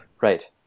right